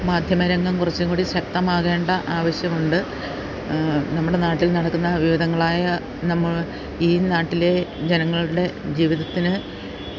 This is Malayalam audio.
മാധ്യമ രംഗം കുറച്ചും കൂടി ശക്തമാകേണ്ട ആവശ്യമുണ്ട് നമ്മുടെ നാട്ടിൽ നടക്കുന്ന വിവിധങ്ങളായ നമ്മൾ ഈ നാട്ടിലെ ജനങ്ങളുടെ ജീവിതത്തിന്